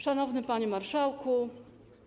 Szanowny Panie Marszałku!